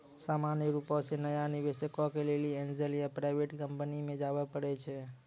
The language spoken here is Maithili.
सामान्य रुपो से नया निबेशको के लेली एंजल या प्राइवेट कंपनी मे जाबे परै छै